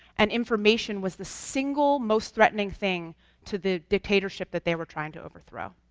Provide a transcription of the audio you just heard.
and information was the single most threatening thing to the dictatorship that they were trying to overthrow.